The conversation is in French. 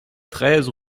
treize